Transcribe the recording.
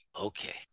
Okay